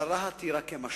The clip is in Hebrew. אבל רהט היא רק משל.